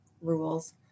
rules